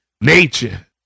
Nature